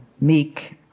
meek